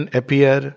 appear